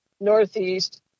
northeast